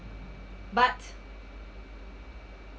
but